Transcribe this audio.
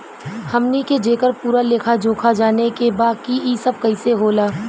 हमनी के जेकर पूरा लेखा जोखा जाने के बा की ई सब कैसे होला?